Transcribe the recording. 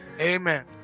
Amen